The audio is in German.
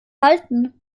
halten